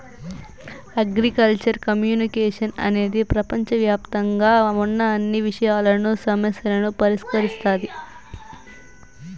agricultural communication అనేది ప్రపంచవ్యాప్తంగా ఉన్న అన్ని విషయాలను, సమస్యలను పరిష్కరిస్తాది